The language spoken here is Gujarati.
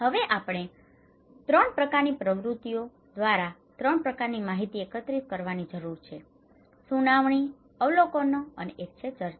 હવે આપણે 3 પ્રકારની પ્રવૃત્તિઓ દ્વારા 3 પ્રકારની માહિતી એકત્રિત કરવાની પણ જરૂર છે સુનાવણી અવલોકનો અને એક છે ચર્ચા